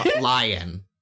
lion